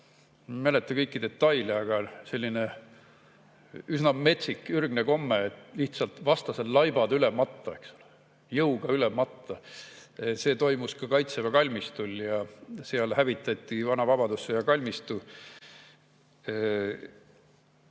mäleta kõiki detaile, aga selline üsna metsik ürgne komme on olnud lihtsalt vastase laibad üle matta, eks ole, jõuga üle matta. See toimus ka Kaitseväe kalmistul, seal hävitati vana vabadussõja kalmistu.